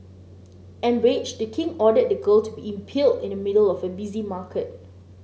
enraged the king ordered the girl to be impaled in the middle of a busy market